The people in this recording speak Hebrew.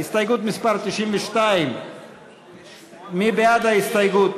הסתייגות מס' 92. מי בעד ההסתייגות?